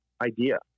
idea